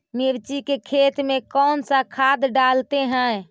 मिर्ची के खेत में कौन सा खाद डालते हैं?